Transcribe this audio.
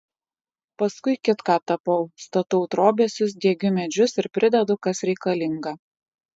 paskui kitką tapau statau trobesius diegiu medžius ir pridedu kas reikalinga